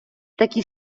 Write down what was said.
такі